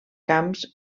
camps